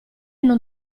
non